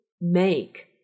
make